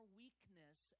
weakness